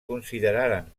consideraren